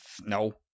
no